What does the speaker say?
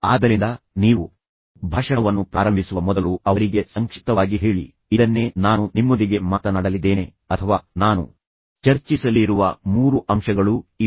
ಆದ್ದರಿಂದ ನೀವು ಭಾಷಣವನ್ನು ಪ್ರಾರಂಭಿಸುವ ಮೊದಲು ಅವರಿಗೆ ಸಂಕ್ಷಿಪ್ತವಾಗಿ ಹೇಳಿ ಇದನ್ನೇ ನಾನು ನಿಮ್ಮೊಂದಿಗೆ ಮಾತನಾಡಲಿದ್ದೇನೆ ಅಥವಾ ನಾನು ಚರ್ಚಿಸಲಿರುವ ಮೂರು ಅಂಶಗಳು ಇವು